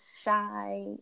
shy